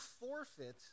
forfeit